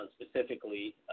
specifically